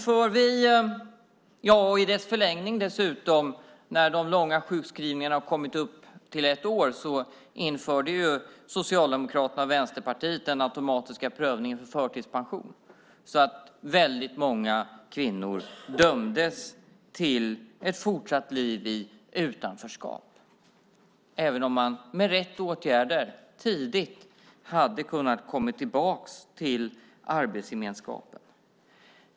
För dem med långa sjukskrivningar upp till ett år införde Socialdemokraterna och Vänsterpartiet den automatiska prövningen för förtidspension, så att väldigt många kvinnor dömdes till ett fortsatt liv i utanförskap, även om man med rätt åtgärder tidigt hade kunnat komma tillbaka till arbetsgemenskapen.